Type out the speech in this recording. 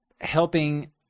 helping